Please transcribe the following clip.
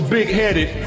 Big-Headed